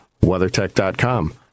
WeatherTech.com